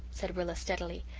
said rilla steadily.